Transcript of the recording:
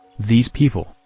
these people,